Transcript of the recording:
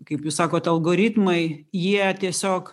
kaip jūs sakot algoritmai jie tiesiog